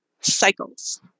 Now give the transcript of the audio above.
cycles